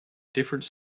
different